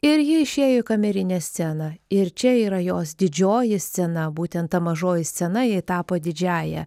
ir ji išėjo į kamerinę sceną ir čia yra jos didžioji scena būtent ta mažoji scena jai tapo didžiąja